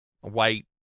white